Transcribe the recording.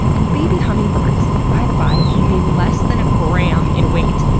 and baby hummingbirds, by the by, can be less than a gram in weight,